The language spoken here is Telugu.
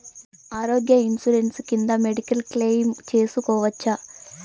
ఆరోగ్య ఇన్సూరెన్సు కింద మెడికల్ క్లెయిమ్ సేసుకోవచ్చా?